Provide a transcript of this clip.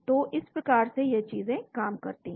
तो इस प्रकार से यह चीजें काम करती है